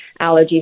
allergies